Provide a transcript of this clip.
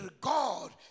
God